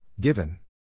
Given